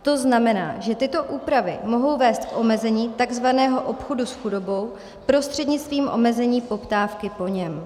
To znamená, že tyto úpravy mohou vést k omezení tzv. obchodu s chudobou prostřednictvím omezení poptávky po něm.